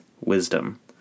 wisdom